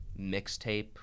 mixtape